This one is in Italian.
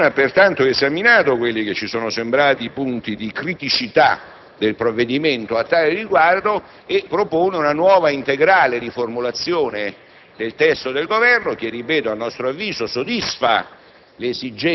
La Commissione ha pertanto esaminato quelli che ci sono sembrati i punti di criticità del provvedimento a tale riguardo e propone una nuova, integrale riformulazione del testo del Governo che - ripeto - a nostro avviso soddisfa